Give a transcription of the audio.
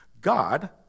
God